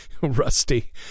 Rusty